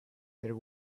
there